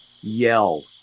yell